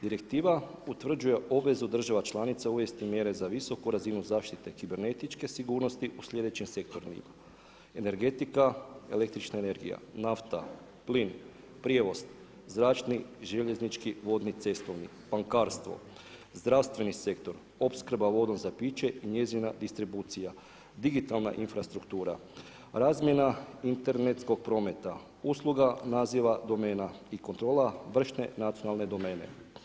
Direktiva utvrđuje obvezu država članica u iste mjere za visoku razinu kibernetičke sigurnosti, u slijedećem sektoru, energetika, električna energija, nafta, plin, prijevoz, zračni, željeznički, vodni, cestovni, bankarstvo, zdravstveni sektor, opskrba vode za piče i njezina distribucija, digitalna infrastruktura, razmjena internetskog prometa, usluga naziva domena i kontrola vršne nacionalne domene.